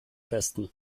besten